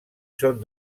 són